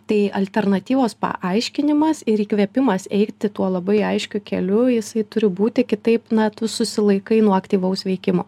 tai alternatyvos paaiškinimas ir įkvėpimas eiti tuo labai aiškiu keliu jisai turi būti kitaip na tu susilaikai nuo aktyvaus veikimo